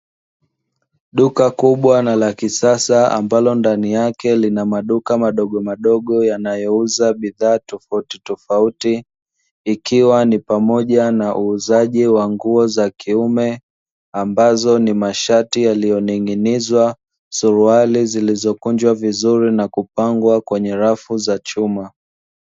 Duka kubwa na la kisasa ambalo ndani yake lina maduka madogomadogo yanayouza bidhaa tofautitofauti, ikiwa ni pamoja na uuzaji wa nguo za kiume ambazo ni mashati yaliyoning'inizwa, suruali zilizokunjwa vizuri na kupangwa kwenye rafu za chuma.